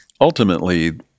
Ultimately